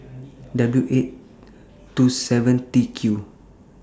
W eight two seven T Q